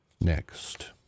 next